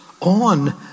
on